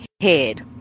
head